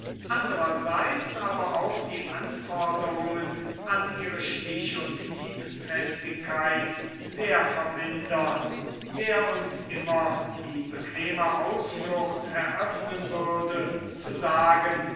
andrerseits aber auch die anforderungen an ihre stich und hiebfestigkeit sehr vermindern der uns immer die bequeme ausflucht eröffnen würde zu sagen